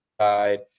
side